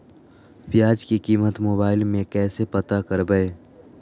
प्याज की कीमत मोबाइल में कैसे पता करबै?